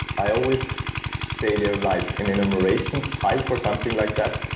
i always say they're like an enumeration type or something like that.